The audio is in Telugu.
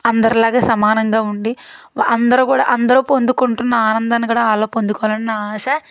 అందరిలాగా సమానంగా ఉండి అందరూ కూడా అందరూ పొందుకుంటున్న ఆనందాన్ని కూడా వాళ్ళు పొందుకోవాలన్న ఆశ